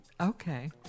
Okay